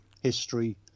history